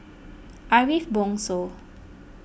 Ariff Bongso